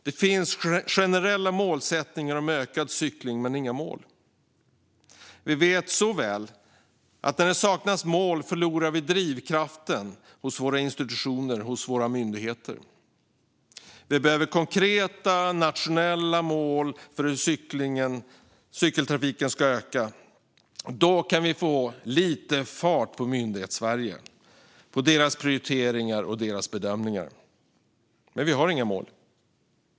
Det finns generella målsättningar om ökad cykling, men inga mål. Vi vet så väl att när det saknas mål förlorar vi drivkraften hos våra institutioner och myndigheter. Vi behöver konkreta, nationella mål för hur cykeltrafiken ska öka. Då kan vi få lite fart på Myndighetssverige och deras prioriteringar och bedömningar. Men vi har inga mål.